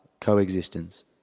coexistence